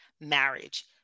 marriage